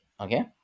Okay